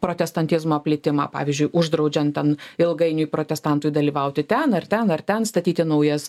protestantizmo plitimą pavyzdžiui uždraudžiant ten ilgainiui protestantui dalyvauti ten ar ten ar ten statyti naujas